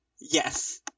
Yes